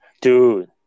dude